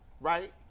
right